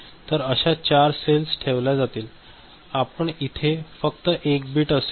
तर अशा 4 सेल ठेवल्या जातील आणि इथे फक्त 1 बिट असेल